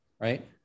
Right